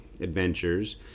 adventures